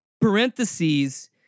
parentheses